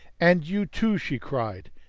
and you, too! she cried.